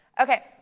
Okay